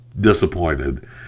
disappointed